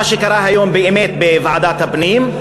מה שקרה היום באמת בוועדת הפנים,